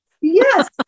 Yes